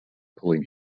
pulling